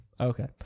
Okay